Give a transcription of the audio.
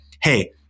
Hey